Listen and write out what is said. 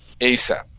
ASAP